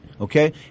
okay